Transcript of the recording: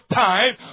time